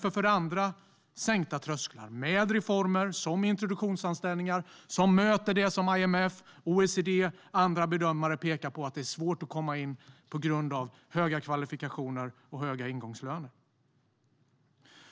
så för det andra måste vi ha sänkta trösklar med reformer, såsom introduktionsanställningar, som möter det som IMF, OECD och andra bedömare pekar på: Det är svårt att komma in på grund av höga kvalifikationer och höga ingångslöner.